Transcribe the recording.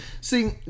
See